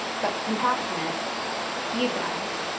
but compassionate to euthanize.